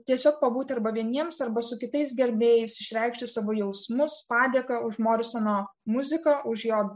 tiesiog pabūti arba vieniems arba su kitais gerbėjais išreikšti savo jausmus padėką už morisono muziką už jo